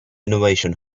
innovation